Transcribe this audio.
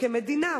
כמדינה,